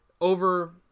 Over